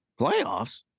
Playoffs